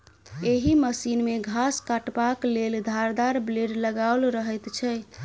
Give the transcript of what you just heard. एहि मशीन मे घास काटबाक लेल धारदार ब्लेड लगाओल रहैत छै